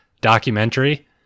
documentary